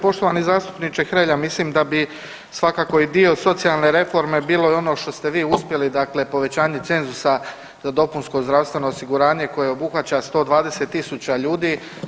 Poštovani zastupniče Hrelja, mislim da bi svakako i dio socijalne reforme bilo i ono što ste vi uspjeli, dakle povećanje cenzusa za dopunsko zdravstveno osiguranje koje obuhvaća 120 000 ljudi.